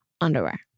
underwear